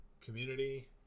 community